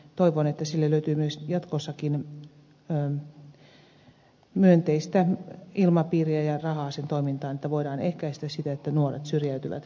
toivon että sille löytyy myös jatkossakin myönteistä ilmapiiriä ja rahaa tähän toimintaan että voidaan ehkäistä sitä että nuoret syrjäytyvät elämästä